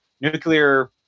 nuclear